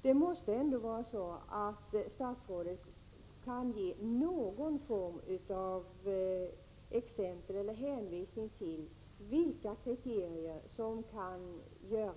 Statsrådet måste ändå kunna hänvisa till något exempel på vilka kriterier som gäller.